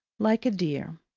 like a dear!